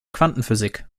quantenphysik